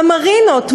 המרינות,